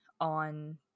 on